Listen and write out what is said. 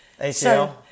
ACL